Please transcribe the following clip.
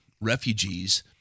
refugees